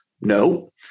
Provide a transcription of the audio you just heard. No